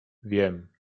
wiem